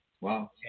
Wow